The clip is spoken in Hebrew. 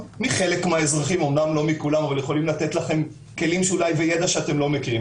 מחלק מהאזרחים אמנם לא מכולם אבל מחלק שאתם אולי לא מכירים.